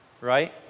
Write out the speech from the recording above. Right